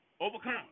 overcome